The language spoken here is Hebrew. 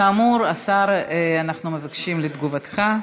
כאמור, השר, אנחנו מבקשים את תגובתך.